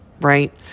right